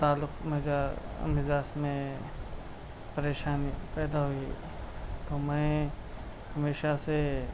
تعلق مزہ مزاج میں پریشانی پیدا ہوئی تو میں ہمیشہ سے